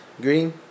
Green